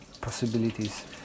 possibilities